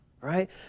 right